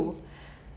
就想要吐